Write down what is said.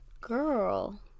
girl